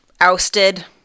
ousted